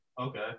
Okay